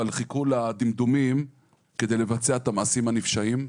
אבל חיכו לדמדומים כדי לבצע את המעשים הנפשעים.